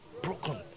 broken